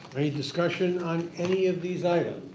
any discussion on any of these items?